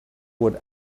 would